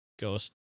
ghost